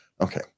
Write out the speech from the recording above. okay